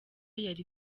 yari